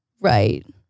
right